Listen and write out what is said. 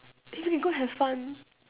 then we can go have fun